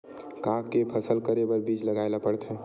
का के फसल करे बर बीज लगाए ला पड़थे?